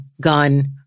gun